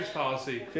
policy